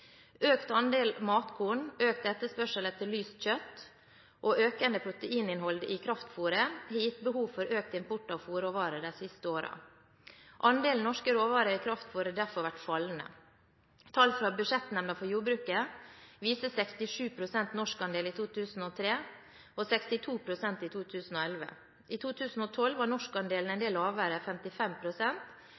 Økt andel matkorn, økt etterspørsel etter lyst kjøtt og økende proteininnhold i kraftfôret, har gitt behov for økt import av fôrråvarer de siste årene. Andelen norske råvarer i kraftfôret har derfor vært fallende. Tall fra Budsjettnemnda for jordbruket viser 67 pst. norskandel i 2003 og 62 pst. i 2011. I 2012 var norskandelen en del